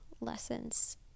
lessons